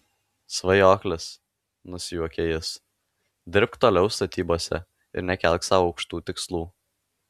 svajoklis nusijuokia jis dirbk toliau statybose ir nekelk sau aukštų tikslų